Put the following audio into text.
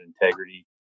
integrity